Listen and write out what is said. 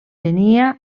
tenia